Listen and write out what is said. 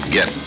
Get